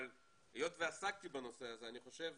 אבל היות שעסקתי בנושא הזה אני חושב